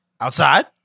outside